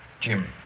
Jim